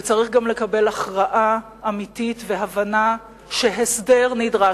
וצריך גם לקבל הכרעה אמיתית והבנה שהסדר נדרש,